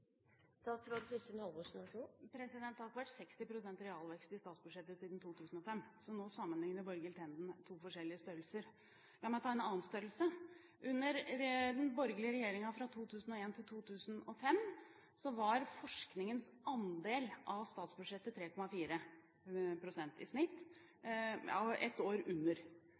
realvekst i statsbudsjettet siden 2005, så nå sammenlikner Borghild Tenden to forskjellige størrelser. La meg ta en annen størrelse. Under den borgerlige regjeringen fra 2001–2005 var forskningens andel av statsbudsjettet på 3,4 pst. i snitt – ett år var det under.